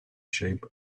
shape